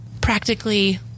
practically